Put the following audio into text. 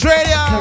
Radio